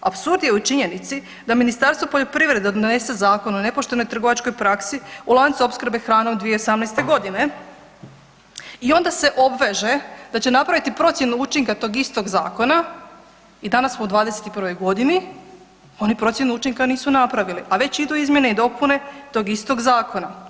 Apsurd je u činjenici da Ministarstvo poljoprivrede donese Zakon o nepoštenoj trgovačkoj praksi u lancu opskrbe hranom 2018.g. i onda se obveže da će napraviti procjenu učinka tog istog zakona i danas smo u '21.g., oni procjenu učinka nisu napravili, a već idu izmjene i dopune tog istog zakona.